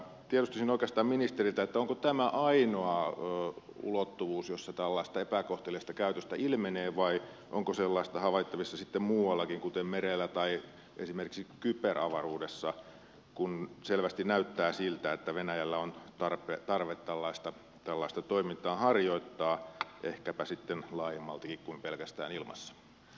tiedustelisin oikeastaan ministeriltä onko tämä ainoa ulottuvuus jossa tällaista epäkohteliasta käytöstä ilmenee vai onko sellaista havaittavissa sitten muuallakin kuten merellä tai esimerkiksi kyberavaruudessa kun selvästi näyttää siltä että venäjällä on tarve tällaista toimintaa harjoittaa ehkäpä sitten laajemmaltikin kuin pelkästään ilmassa